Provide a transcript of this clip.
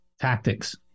tactics